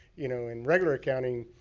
you know in regular accounting,